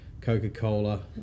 Coca-Cola